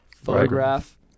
Photograph